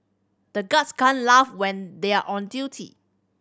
the guards can't laugh when they are on duty